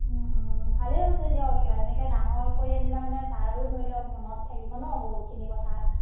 ভালেই হৈছে দিয়ক এনেকৈ ডাঙৰ কৰি আনিলে মানে তাৰো ধৰি লওক মনত থাকিব নহ্ বহুতখিনি কথা